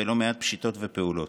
בלא מעט פשיטות ופעולות.